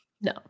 no